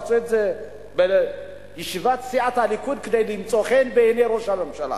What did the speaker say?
הם עשו את זה בישיבת סיעת הליכוד כדי למצוא חן בעיני ראש הממשלה.